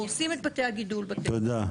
הם הורסים את בתי הגידול בטבע.